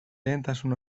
lehentasun